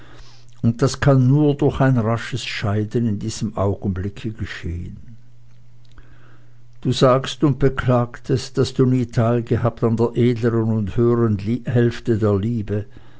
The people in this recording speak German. und das kann nur durch ein rasches scheiden in diesem augenblicke geschehen du sagst und beklagst es daß du nie teilgehabt an der edleren und höheren hälfte der liebe